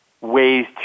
ways